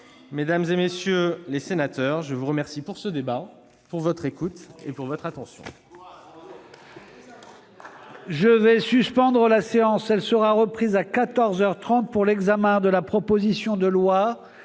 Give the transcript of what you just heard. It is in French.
Mesdames, messieurs les sénateurs, je vous remercie pour ce débat, pour votre écoute et votre attention.